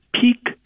peak